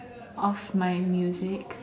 of my music